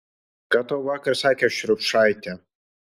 ką tau vakar sakė šriubšaitė